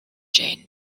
jain